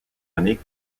années